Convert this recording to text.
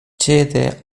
cede